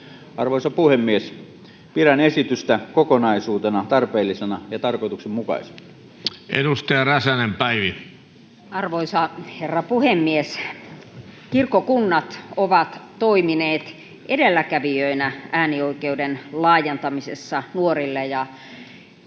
Arvoisa puhemies! Pidän esitystä kokonaisuutena tarpeellisena ja tarkoituksenmukaisena. Arvoisa herra puhemies! Kirkkokunnat ovat toimineet edelläkävijöinä äänioikeuden laajentamisessa nuorille.